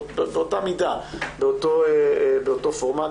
באותה מידה, באותו פורמט